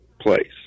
place